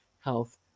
health